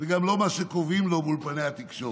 וגם לא מה שקובעים לו באולפני התקשורת.